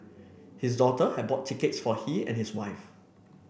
his daughter had bought tickets for he and his wife